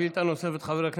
שאילתה נוספת מס' 673,